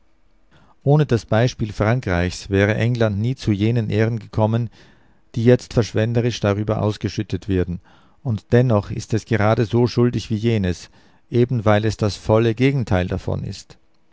ohne das beispiel frankreichs wäre england nie zu jenen ehren gekommen die jetzt verschwenderisch darüber ausgeschüttet werden und dennoch ist es gerade so schuldig wie jenes eben weil es das volle gegenteil davon ist